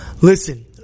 listen